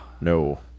no